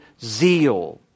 zeal